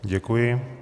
Děkuji.